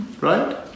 Right